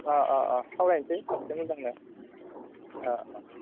अ अ अ सावरायनोसै खेबसे मोजांनो औ